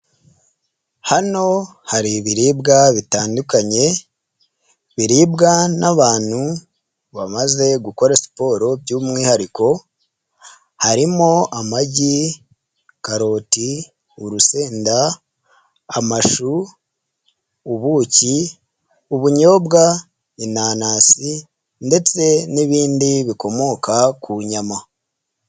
Hano hari ibiribwa bitandukanye biribwa n'abantu bamaze gukora siporo by'umwihariko harimo amagi, karoti, urusenda, amashu ,ubuki, ubunyobwa, inanasi ndetse n'ibindi bikomoka ku nyama.